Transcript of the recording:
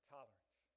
Tolerance